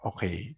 Okay